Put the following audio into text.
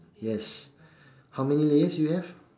yes how many layers you have